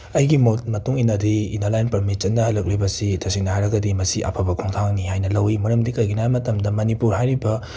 ꯑꯩꯒꯤ ꯃꯣꯠ ꯃꯇꯨꯡ ꯏꯟꯅꯗꯤ ꯏꯅꯔ ꯂꯥꯏꯟ ꯄꯔꯃꯤꯠ ꯆꯠꯅꯍꯜꯂꯛꯂꯤꯕꯁꯤ ꯇꯁꯦꯡꯅ ꯍꯥꯏꯔꯒꯗꯤ ꯃꯁꯤ ꯑꯐꯕ ꯈꯣꯡꯊꯥꯡꯅꯤ ꯍꯥꯏꯅ ꯂꯧꯋꯤ ꯃꯔꯝꯗꯤ ꯀꯔꯤꯒꯤꯅꯣ ꯍꯥꯏꯕ ꯃꯇꯃꯗ ꯃꯅꯤꯄꯨꯔ ꯍꯥꯔꯤꯕ